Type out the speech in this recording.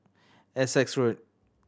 Essex Road